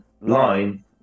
line